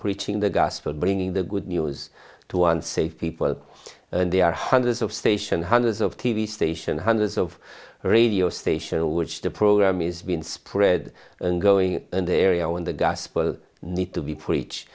preaching the gospel bringing the good news to unsafe people and they are hundreds of station hundreds of t v station hundreds of radio station which the program is being spread and going in the area when the gospel need to be